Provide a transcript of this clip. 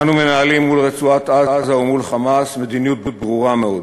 אנו מנהלים מול רצועת-עזה ומול "חמאס" מדיניות ברורה מאוד: